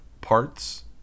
parts